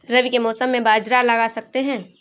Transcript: रवि के मौसम में बाजरा लगा सकते हैं?